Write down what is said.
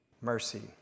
mercy